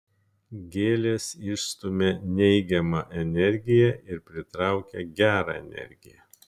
gėlės išstumia neigiamą energiją ir pritraukia gerą energiją